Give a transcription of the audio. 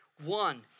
One